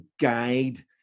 guide